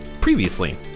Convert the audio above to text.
Previously